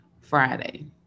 Friday